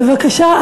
בבקשה,